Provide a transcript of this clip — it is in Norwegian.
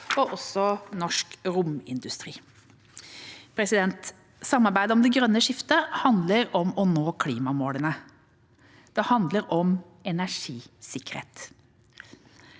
og norsk romindustri. Samarbeidet om det grønne skiftet handler om å nå klimamålene. Det handler om energisikkerhet.